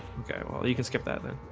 okay. well you can skip that then